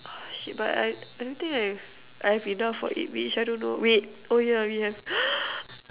oh shit but I I don't think I I have enough of eggwich I don't know wait oh yeah we have